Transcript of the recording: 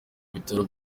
ibitaro